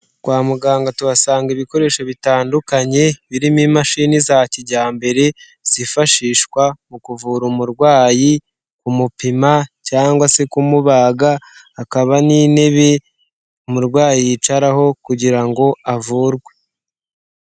Kwa muganga tuhasanga ibikoresho bitandukanye, birimo imashini za kijyambere zifashishwa mu kuvura umurwayi, kumupima, cyangwa se kumubaga, hakaba n'intebe umurwayi yicaraho kugira ngo avurwe.